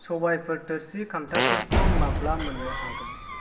सबायफोर थोरसि खान्थाफोरखौ माब्ला मोन्नो हागोन